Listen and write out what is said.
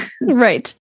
Right